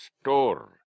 store